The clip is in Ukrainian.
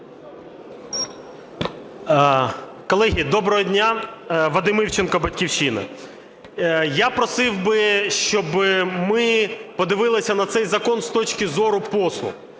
Колеги, доброго дня! Вадим Івченко, "Батьківщина". Я просив би, щоб ми подивилися на цей закон з точки зору послуг.